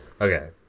Okay